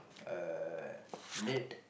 uh late